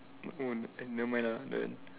oh never mind lah then